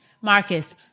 marcus